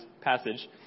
passage